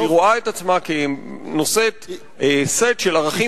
היא רואה עצמה כנושאת סט של ערכים,